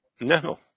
No